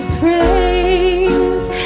praise